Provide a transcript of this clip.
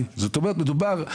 זאת אומרת,